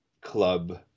Club